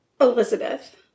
Elizabeth